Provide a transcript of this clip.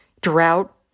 drought